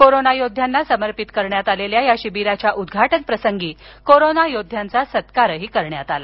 corona योद्ध्यांना समर्पित करण्यात आलेल्या या शिबिराच्या उद्वाटनप्रसंगी कोरोना योद्ध्यांचा सत्कार करण्यात आला